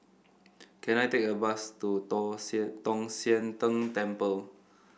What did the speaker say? can I take a bus to Tall Sian Tong Sian Tng Temple